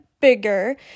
bigger